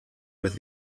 with